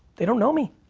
they don't know me.